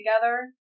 together